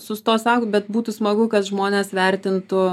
sustos augt bet būtų smagu kad žmonės vertintų